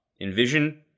envision